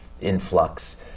influx